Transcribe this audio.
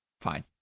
fine